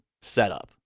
setup